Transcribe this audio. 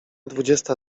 dwudziesta